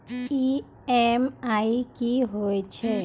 EMI कि होय छै?